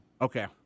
Okay